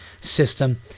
system